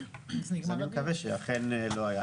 אז אני מקווה שאכן לא היה.